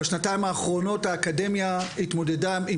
בשנתיים האחרונות האקדמיה התמודדה עם